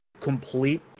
Complete